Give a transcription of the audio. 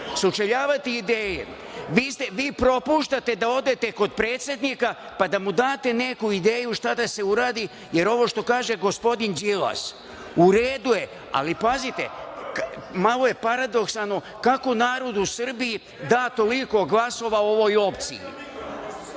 Sučeljavati ideje. Vi propuštate da odete kod predsednika pa da mu date neku ideju šta da se uradi, jer ovo što kaže gospodin Đilas, u redu je, ali pazite, malo je paradoksalno kako narod u Srbiji da toliko glasova ovoj opciji. Dajem